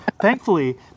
Thankfully